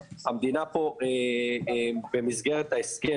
המדינה פה במסגרת ההסכם,